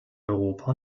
europa